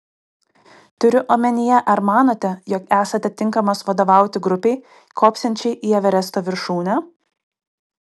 turiu omenyje ar manote jog esate tinkamas vadovauti grupei kopsiančiai į everesto viršūnę